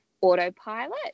autopilot